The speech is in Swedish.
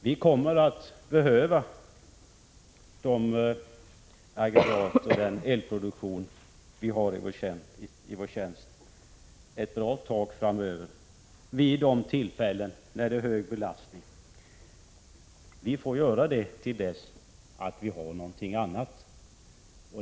Vi kommer att behöva de aggregat och den elproduktion vi har i vår tjänst ett bra tag framöver just vid de tillfällen då det är hög belastning. Vi får lov att ha det så till dess vi får någonting annat.